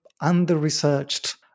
under-researched